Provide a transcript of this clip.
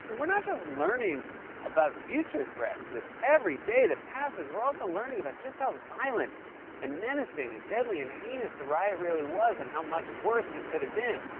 we're not just learning about future threats. with every day that passes, we're also learning about just how violent and menacing and deadly and heinous the riot really was and how much worse it could have been.